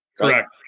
Correct